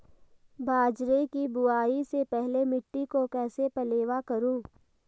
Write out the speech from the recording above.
बाजरे की बुआई से पहले मिट्टी को कैसे पलेवा करूं?